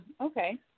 Okay